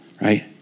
right